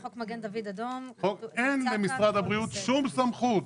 חוק מגן דוד אדום -- אין למשרד הבריאות שום סמכות,